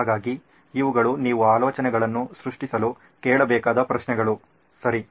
ಹಾಗಾಗಿ ಇವುಗಳು ನೀವು ಆಲೋಚನೆಗಳನ್ನು ಸೃಷ್ಟಿಸಲು ಕೇಳಬೇಕಾದ ಪ್ರಶ್ನೆಗಳು ಸರಿ